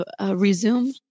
resume